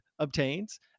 Obtains